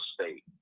state